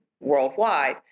worldwide